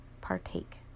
partake